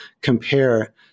compare